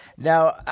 Now